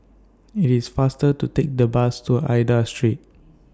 IT IS faster to Take The Bus to Aida Street